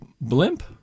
blimp